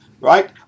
right